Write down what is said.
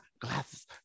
glasses